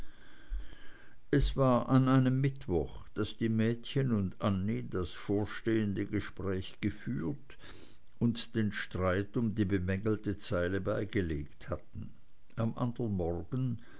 es war an einem mittwoch daß die mädchen und annie das vorstehende gespräch geführt und den streit um die bemängelte zeile beigelegt hatten am andern morgen